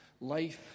life